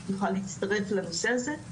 יוכל להצטרף לנושא הזה,